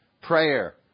prayer